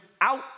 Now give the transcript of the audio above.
out